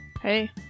Hey